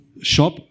shop